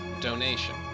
donation